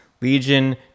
legion